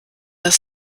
das